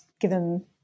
given